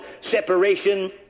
separation